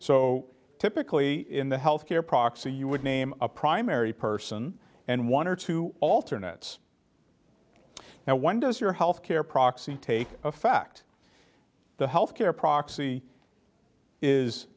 so typically in the health care proxy you would name a primary person and one or two alternate one does your health care proxy take effect the health care proxy is